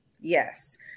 Yes